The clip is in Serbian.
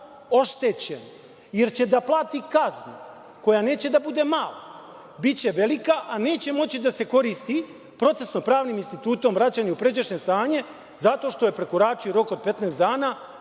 oštećen, jer će da plati kaznu koja neće da bude mala, biće velika, a neće moći da se koristi procesno-pravnim institutom vraćanje u pređašnje stanje, zato što je prekoračio rok od 15 dana